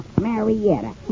Marietta